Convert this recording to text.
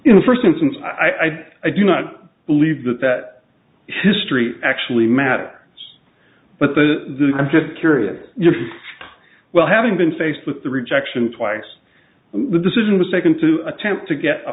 in the first instance i think i do not believe that that history actually matter but the i'm just curious well having been faced with the rejection twice the decision was taken to attempt to get a